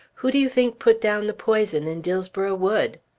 who do you think put down the poison in dillsborough wood?